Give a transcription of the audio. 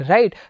Right